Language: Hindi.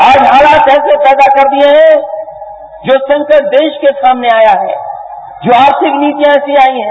आज हालत ऐसे पैदा कर दिये हैं जो संकट देश के सामने आया जो आर्थिक नीतिया ऐसे आई है